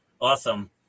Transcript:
Awesome